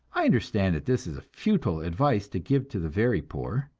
i understand that this is futile advice to give to the very poor.